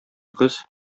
кыз